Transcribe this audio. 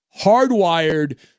hardwired